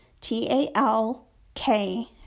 T-A-L-K